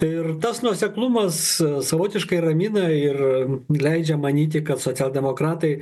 ir tas nuoseklumas savotiškai ramina ir leidžia manyti kad socialdemokratai